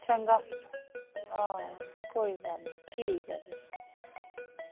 चंगा हां कोई गल्ल निं ठीक ऐ फिर